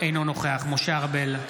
אינו נוכח משה ארבל,